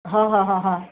हो हो हा हा